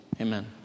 Amen